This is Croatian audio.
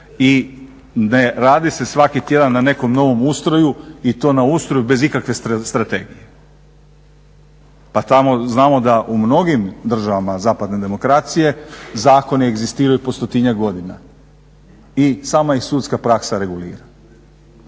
i ne radi se svaki tjedan na nekom novom ustroju i to na ustroju bez ikakve strategije. Pa tamo znamo da u mnogim državama zapadne demokracije zakoni egzistiraju po stotinjak godina i sama ih sudska praksa regulira.